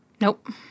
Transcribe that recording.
Nope